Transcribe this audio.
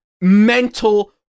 mental